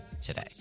today